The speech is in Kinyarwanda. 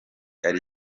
ari